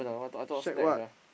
shack what